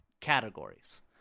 categories